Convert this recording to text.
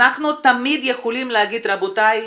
אנחנו תמיד יכולים להגיד: רבותיי,